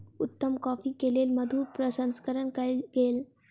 उत्तम कॉफ़ी के लेल मधु प्रसंस्करण कयल गेल